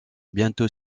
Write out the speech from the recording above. bientôt